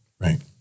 Right